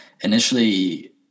initially